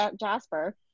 Jasper